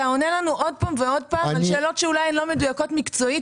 אתה עונה לנו עוד פעם ועוד פעם לשאלות שאולי לא מדויקות מקצועית,